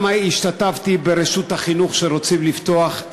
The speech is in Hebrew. גם השתתפתי ברשות החינוך שרוצים לפתוח,